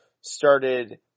started